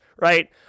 right